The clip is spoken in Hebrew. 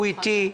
הוא איתי.